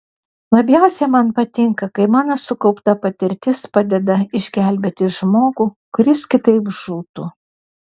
labiausiai man patinka kai mano sukaupta patirtis padeda išgelbėti žmogų kuris kitaip žūtų